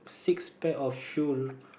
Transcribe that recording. six pack of shoe